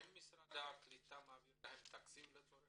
האם משרד הקליטה מעביר לכם תקציב לצורך הזה?